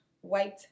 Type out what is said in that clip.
white